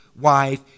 wife